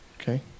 Okay